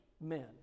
men